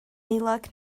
heulog